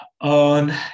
on